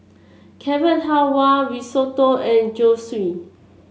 Carrot Halwa Risotto and Zosui